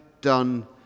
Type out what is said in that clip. done